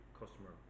customer